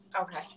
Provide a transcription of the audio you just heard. Okay